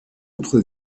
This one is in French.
autre